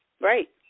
Right